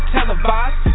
televised